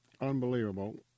unbelievable